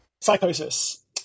psychosis